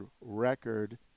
record